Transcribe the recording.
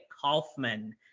Kaufman